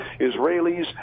Israelis